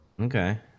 Okay